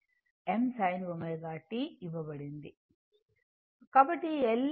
ఇవ్వ బడింది కాబట్టి L d iLdt Vm sin ω t